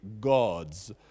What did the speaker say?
Gods